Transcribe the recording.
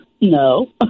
No